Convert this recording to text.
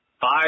five